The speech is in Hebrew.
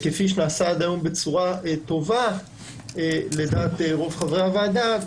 כפי שנעשה עד היום בצורה טובה לדעת חברי הוועדה.